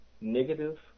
negative